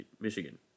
Michigan